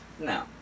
No